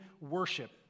worship